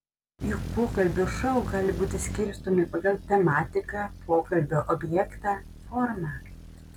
juk pokalbių šou gali būti skirstomi pagal tematiką pokalbio objektą formą